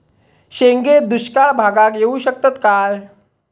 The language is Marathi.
शेंगे दुष्काळ भागाक येऊ शकतत काय?